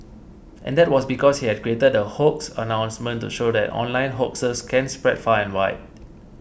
and that was because he had created the hoax announcement to show that online hoaxes can spread far and wide